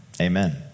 Amen